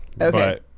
okay